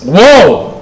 Whoa